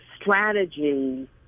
strategy